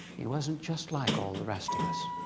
he wasn't just like all the rest of us.